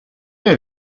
nie